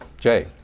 Jay